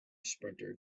sprinter